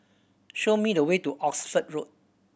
show me the way to Oxford Road